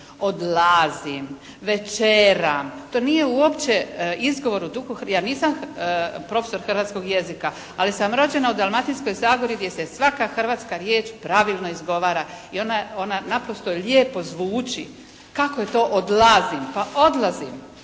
odlazim, večeram. To nije uopće izgovor u duhu, ja nisam profesor hrvatskog jezika, ali sam rođena u Dalmatinskoj zagori gdje se svaka hrvatska riječ pravilno izgovara i ona naprosto lijepo zvuči. Kako je to odlazim? Pa odlazim.